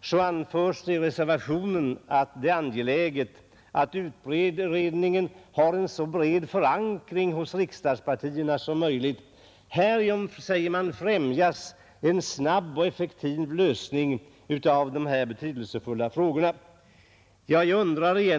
så anförs i reservationen att det är angeläget att utredningen har en så bred förankring hos riksdagspartierna som möjligt. ”Härigenom främjas”, säger reservanterna, ”en snabb och effektiv lösning av de betydelsefulla frågor som utredningen har att pröva”.